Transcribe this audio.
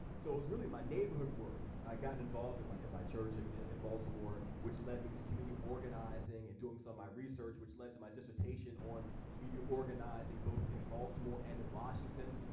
so it was really my neighborhood work. i got involved in my in my church and and in baltimore, which led me to community organizing and doing some my research which led to my dissertation on community organizing both in baltimore and in washington.